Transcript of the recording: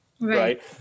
Right